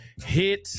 Hit